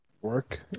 work